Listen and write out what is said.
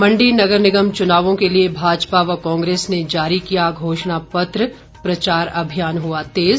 मंडी नगर निगम चुनावों के लिए भाजपा व कांग्रेस ने जारी किया घोषणा पत्र प्रचार अभियान हआ तेज़